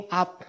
up